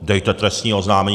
Dejte trestní oznámení.